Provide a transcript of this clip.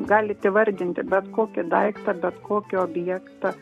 galite įvardinti bet kokį daiktą bet kokį objektą